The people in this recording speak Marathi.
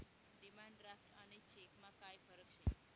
डिमांड ड्राफ्ट आणि चेकमा काय फरक शे